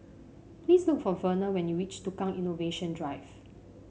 please look for Verner when you reach Tukang Innovation Drive